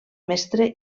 mestre